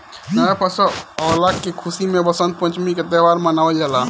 नया फसल अवला के खुशी में वसंत पंचमी के त्यौहार मनावल जाला